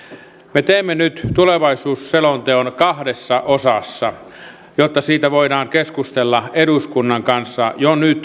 teemme nyt tulevaisuusselonteon kahdessa osassa jotta siitä voidaan keskustella eduskunnan kanssa jo nyt